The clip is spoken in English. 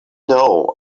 know